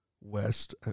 west